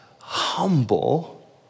humble